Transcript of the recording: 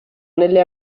nelle